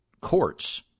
courts